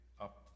up